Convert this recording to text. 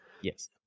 Yes